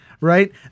Right